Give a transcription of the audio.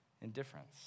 indifference